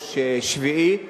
בחודש שביעי,